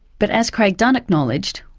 but as craig dunne acknowledged,